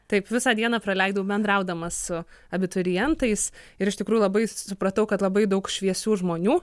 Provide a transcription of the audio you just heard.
taip visą dieną praleidau bendraudama su abiturientais ir iš tikrųjų labai supratau kad labai daug šviesių žmonių